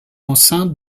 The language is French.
enceinte